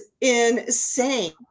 insane